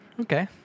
Okay